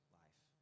life